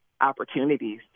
opportunities